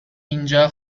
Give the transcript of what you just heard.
اینجا